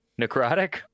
necrotic